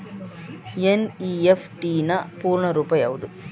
NEFT ನ ಪೂರ್ಣ ರೂಪ ಯಾವುದು?